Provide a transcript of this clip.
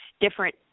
different